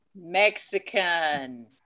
Mexican